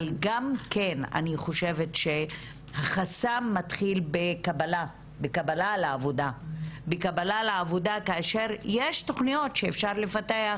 אני חושבת שהחסם מתחיל בקבלה לעבודה כאשר יש תוכניות שאפשר לפתח,